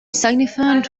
significant